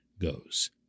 goes